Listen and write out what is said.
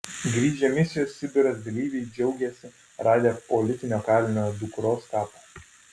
grįžę misijos sibiras dalyviai džiaugiasi radę politinio kalinio dukros kapą